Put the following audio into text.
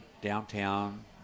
downtown